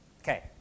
Okay